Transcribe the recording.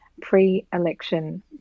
pre-election